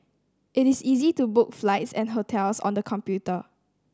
it is easy to book flights and hotels on the computer